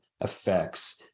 effects